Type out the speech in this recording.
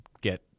get